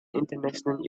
international